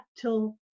till